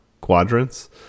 quadrants